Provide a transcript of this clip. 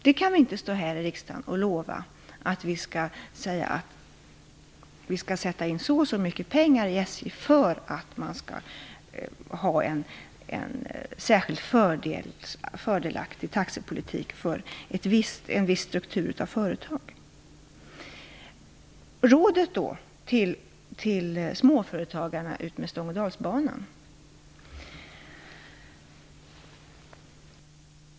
Vi kan inte stå här i riksdagen och lova att vi skall sätta in så och så mycket pengar i SJ för att man skall ha en särskilt fördelaktig taxepolitik för en viss struktur av företag. Vilket råd skall jag då ge till småföretagarna utmed Stångådalsbanan?